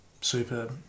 super